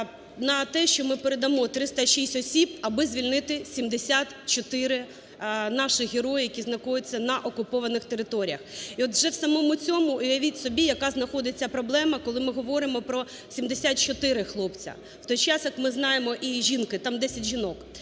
на те, що ми передамо 306 осіб, аби звільнити 74 наших героїв, які знаходяться на окупованих територіях. І от вже у самому цьому, уявіть собі, яка знаходиться проблема, коли ми говоримо про 74 хлопця, у той час, як ми знаємо, і жінки, там 10 жінок